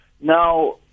Now